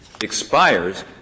expires